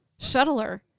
shuttler